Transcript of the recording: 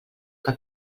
que